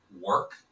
work